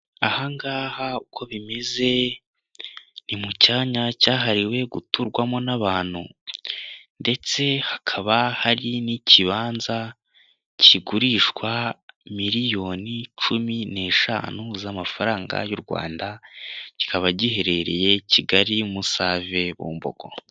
Aha ngaha uko bimeze ni mucyanya cyahariwe guturwamo n'abantu ndetse hakaba hari n'ikibanza kigurishwa miliyoni cumi n'eshanu y'u Rwanda, kikaba giherereye i Musave, Bumbogo.